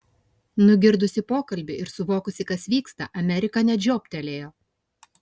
nugirdusi pokalbį ir suvokusi kas vyksta amerika net žiobtelėjo